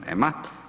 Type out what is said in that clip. Nema.